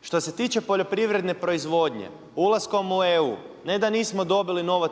Što se tiče poljoprivredne proizvodnje ulaskom u EU ne da nismo dobili novo